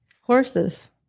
horses